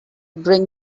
bring